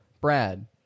Brad